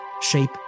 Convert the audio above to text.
shape